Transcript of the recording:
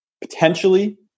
potentially